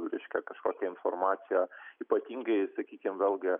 reiškia kažkokia informacija ypatingai sakykim vėl gi